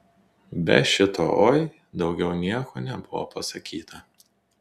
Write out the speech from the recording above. be šito oi daugiau nieko nebuvo pasakyta